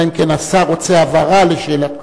אלא אם כן השר רוצה הבהרה לשאלתך.